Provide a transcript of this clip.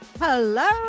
Hello